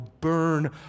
burn